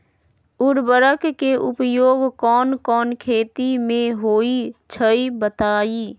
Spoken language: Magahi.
उर्वरक के उपयोग कौन कौन खेती मे होई छई बताई?